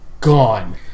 gone